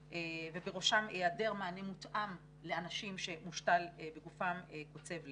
ובראשם היעדר מענה מותאם לאנשים שמושתל בגופם קוצב לב,